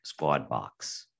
Squadbox